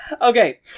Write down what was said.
Okay